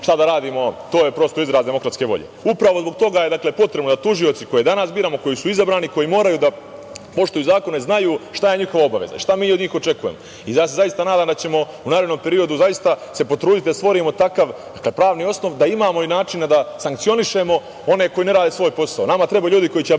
šta da radimo, to je prosto izraz demokratske volje. Upravo zbog toga je potrebno da tužioci koje danas biramo, koji su izabrani, koji moraju da poštuju zakone da znaju šta je njihova obaveza i šta mi od njih očekujemo i zaista se nadam da ćemo u narednom periodu zaista se potruditi da stvorimo takav pravni osnov da imao i načina da sankcionišemo one koji ne rade svoj posao. Nama trebaju ljudi koji će da brane